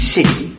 City